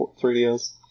3DS